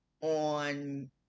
on